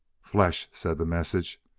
flesh! said the message.